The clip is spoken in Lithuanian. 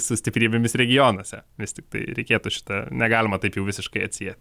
su stiprybėmis regionuose vis tiktai reikėtų šitą negalima taip jau visiškai atsieti